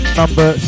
number